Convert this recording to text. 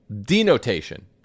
denotation